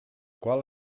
qual